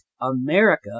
America